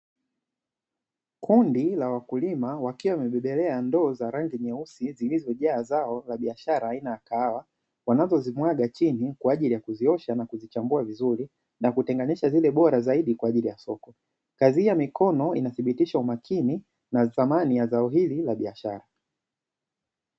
Kundi la wakulima wakiwa wamebebelea ndoo za rangi nyeusi zilizojaa zao la biashara aina ya kahawa, wanazozimwaga chini kwa ajili ya kuziosha na kuzichambua vizuri, na kutenganisha zile bora zaidi kwa ajili ya soko, kazi hii ya mikono inathibitisha umakini na thamani ya zao hili la biashara.